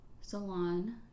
salon